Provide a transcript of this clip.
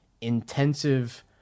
intensive